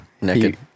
Naked